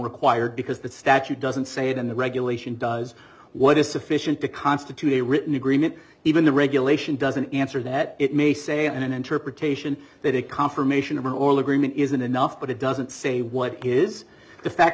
required because that statute doesn't say it in the regulation does what is sufficient to constitute a written agreement even the regulation doesn't answer that it may say in an interpretation that a confirmation or an oral agreement isn't enough but it doesn't say what is the fact